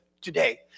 today